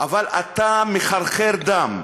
אבל אתה מחרחר דם,